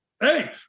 Hey